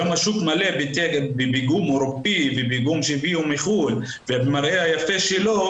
היום השוק מלא בפיגום אירופאי ובפיגום שהביאו מחו"ל והמראה היפה שלו,